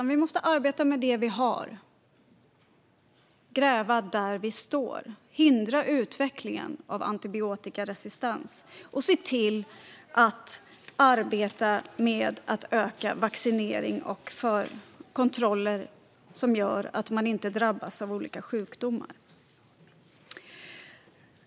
Vi måste arbeta med det vi har, gräva där vi står, hindra utvecklingen av antibiotikaresistens och arbeta för att öka vaccinering och kontroller som gör att man inte drabbas av olika sjukdomar.